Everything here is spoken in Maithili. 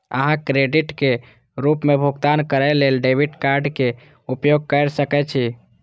अहां क्रेडिटक रूप मे भुगतान करै लेल डेबिट कार्डक उपयोग कैर सकै छी